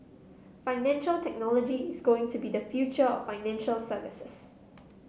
financial technology is going to be the future of financial services